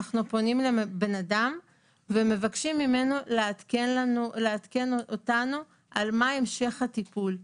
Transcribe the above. אנחנו פונים לבן אדם ומבקשים ממנו לעדכן אותנו על המשך הטיפול,